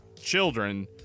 children